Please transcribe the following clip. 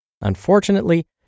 Unfortunately